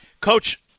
Coach